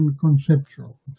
conceptual